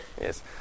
Yes